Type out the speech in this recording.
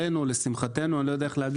לצערנו, לשמחתנו, אני לא יודע איך להגיד.